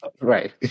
right